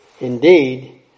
Indeed